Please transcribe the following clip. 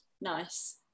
Nice